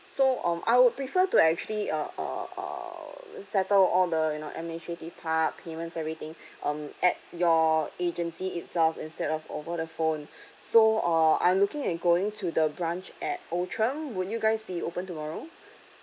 so um I would prefer to actually uh uh uh settle all the you know administrative part payments everything um at your agency itself instead of over the phone so uh I'm looking and going to the branch at outram would you guys be open tomorrow